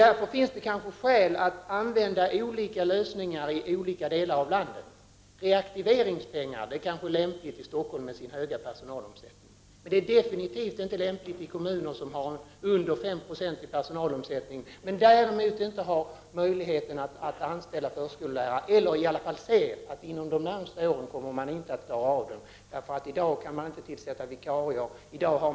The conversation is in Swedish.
Därför finns det kanske skäl att använda olika lösningar i olika delar av landet. Reaktiveringspengar är kanske lämpliga i Stockholm med dess höga personalomsättning, men det är definitivt inte en lämplig lösning i kommuner som har en personalomsättning på under 5 70 och som inte har möjlighet att anställa förskollärare — eller i varje fall ser att man inom de närmaste åren inte kommer att kunna göra det. I dag kan man inte tillsätta vikarietjänsterna.